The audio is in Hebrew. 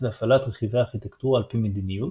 והפעלת רכיבי הארכיטקטורה על פי מדיניות,